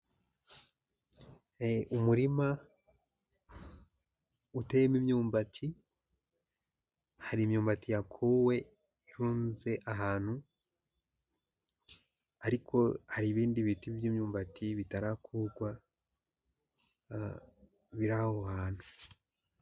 Umurima uteyemo imyumbati, hari imyumbati yakuwe irunze ahantu ariko hari ibindi biti by'imyumbati bitarakugwa biri aho hantu.